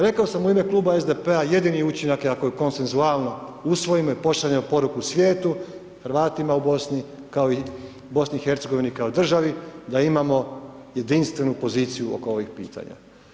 Rekao sam u ime Kluba SDP-a jedini učinak je ako je konsenzualno usvojimo i pošaljemo poruku svijetu, Hrvatima u Bosni kao i BiH kao državi da imamo jedinstvenu poziciju oko ovih pitanja.